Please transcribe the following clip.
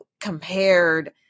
compared